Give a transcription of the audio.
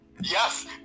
Yes